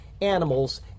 animals